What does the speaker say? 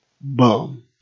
boom